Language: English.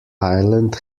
island